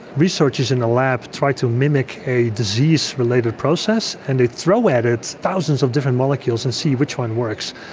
researchers in the lab try to mimic a disease-related process, and they throw at it thousands of different molecules and see which one works.